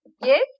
Yes